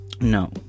no